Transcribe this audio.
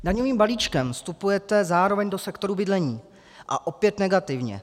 Daňovým balíčkem vstupujete zároveň do sektoru bydlení, a opět negativně.